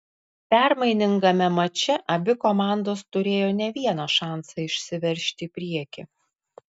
permainingame mače abi komandos turėjo ne vieną šansą išsiveržti į priekį